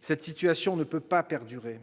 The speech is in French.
Cette situation ne peut pas perdurer.